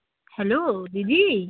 hello দিদি